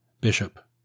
Bishop